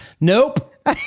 nope